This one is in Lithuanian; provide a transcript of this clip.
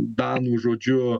danų žodžiu